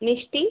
মিষ্টি